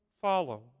follow